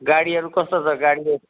गाडीहरू कस्तो छ गाडीहरू